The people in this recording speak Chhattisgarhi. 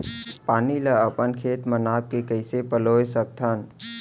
पानी ला अपन खेत म नाप के कइसे पलोय सकथन?